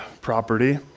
property